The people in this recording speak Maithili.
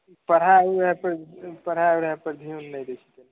पढ़ाइ उढ़ाइ पर पढ़ाइ ओढ़ाइ पर धिआन नहि दै छै